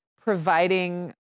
providing